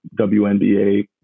WNBA